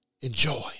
Enjoy